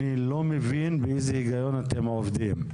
אני לא מבין באיזה היגיון אתם עובדים.